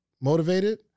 motivated